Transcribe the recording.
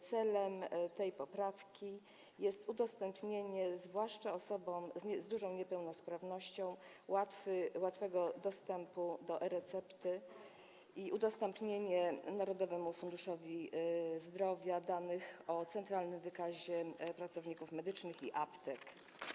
Celem tej poprawki jest zapewnienie, zwłaszcza osobom z dużą niepełnosprawnością, łatwego dostępu do recepty i udostępnienie Narodowemu Funduszowi Zdrowia danych o Centralnym Wykazie Pracowników Medycznych i Aptek.